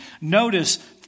Notice